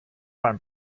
beim